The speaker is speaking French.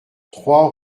trois